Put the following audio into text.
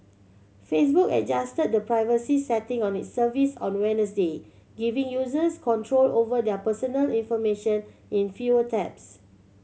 Facebook adjusted the privacy setting on its service on Wednesday giving users control over their personal information in fewer taps